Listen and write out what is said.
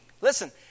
Listen